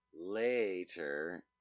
Later